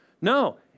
No